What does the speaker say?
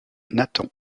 nathan